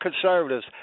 conservatives